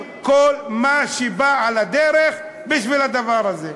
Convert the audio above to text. כל מה שבא על הדרך בשביל הדבר הזה.